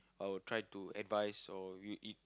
I'll try to advise or